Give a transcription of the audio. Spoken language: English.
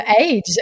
age